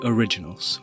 Originals